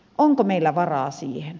onko meillä varaa siihen